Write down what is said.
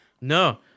no